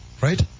right